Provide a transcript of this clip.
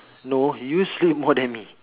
no you sleep more than me